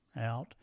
out